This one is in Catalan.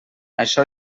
això